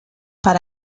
per